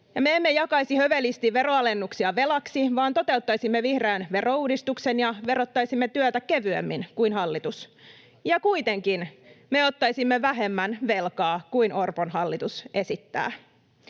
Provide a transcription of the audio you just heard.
me emme jakaisi hövelisti veroalennuksia velaksi vaan toteuttaisimme vihreän verouudistuksen ja verottaisimme työtä kevyemmin kuin hallitus, ja kuitenkin me ottaisimme vähemmän velkaa kuin Orpon hallitus esittää.